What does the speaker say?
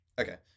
Okay